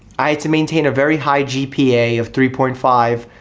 i had to maintain a very high gpa of three point five,